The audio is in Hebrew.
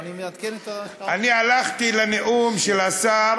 אני הלכתי לנאום של השר